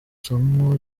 somo